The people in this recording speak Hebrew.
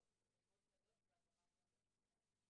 אני יודעת למה זה קשור.